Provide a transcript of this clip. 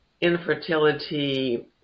Infertility